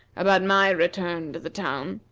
about my return to the town.